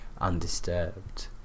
undisturbed